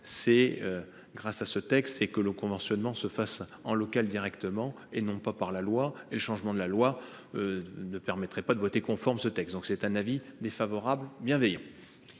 c'est. Grâce à ce texte, c'est que le conventionnement se fasse en local directement et non pas par la loi et le changement de la loi. Ne permettrait pas de voter conforme ce texte donc c'est un avis défavorable bienveillant.